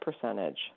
percentage